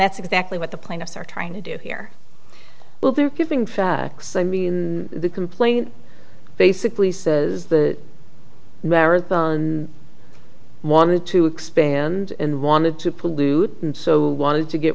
that's exactly what the plaintiffs are trying to do here well they're giving facts i mean the complaint basically says the marathon wanted to expand and wanted to pollute and so wanted to get